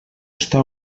està